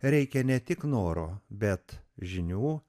reikia ne tik noro bet žinių